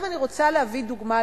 עכשיו אני רוצה להביא דוגמה,